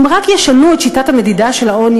אם רק ישנו את שיטת המדידה של העוני